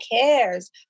cares